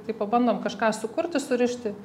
tai pabandom kažką sukurti surišti